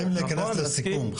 אנחנו צריכים להיכנס לסיכום.